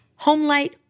homelight